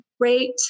Great